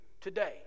today